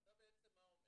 מה אתה בעצם אומר